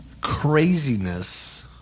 craziness